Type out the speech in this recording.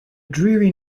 dreary